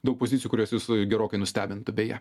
daug pozicijų kurios jus gerokai nustebintų beje